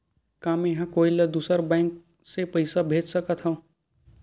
का मेंहा कोई ला दूसर बैंक से पैसा भेज सकथव?